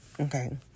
Okay